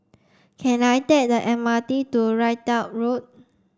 can I take the M R T to Ridout Road